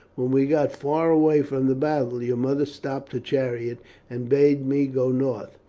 when we got far away from the battle your mother stopped her chariot and bade me go north.